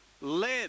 led